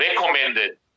recommended